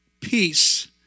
peace